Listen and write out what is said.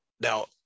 Now